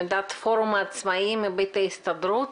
עמדת פורום העצמאיים מבית ההסתדרות.